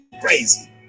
crazy